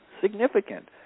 significant